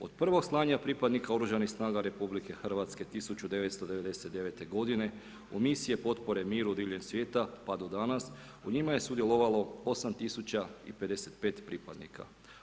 Od prvog slanja pripadnika oružanih snaga RH 1999.g. u misije potpore miru diljem svijeta, pa do danas u njima je sudjelovalo 8055 pripadnika.